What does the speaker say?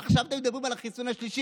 עכשיו אתם מדברים על החיסון השלישי